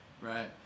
right